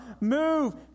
move